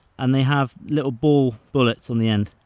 and they have little ball bullets on the end.